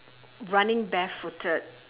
running barefooted